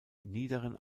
niederen